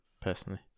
personally